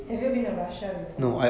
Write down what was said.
have you been to russia before